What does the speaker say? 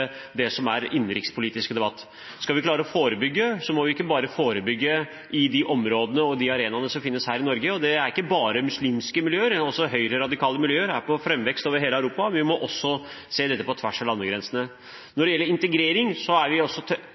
det som er en innenrikspolitisk debatt. Skal vi klare å forebygge, må vi ikke bare forebygge i de områdene og på de arenaene som finnes her i Norge – og det gjelder ikke bare muslimske miljøer, for også høyreradikale miljøer er i framvekst over hele Europa – vi må også se på dette på tvers av landegrensene. Når det gjelder integrering, er vi også